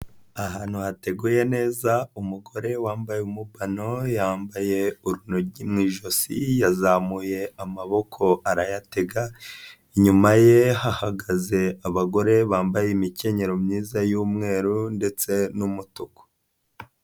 Ahantu hateguye neza umugore wambaye umubano yambaye urunigi mu ijosi, yazamuye amaboko arayatega inyuma ye hahagaze abagore bambaye imikenyero myiza y'umweru ndetse n'umutuku.